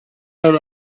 out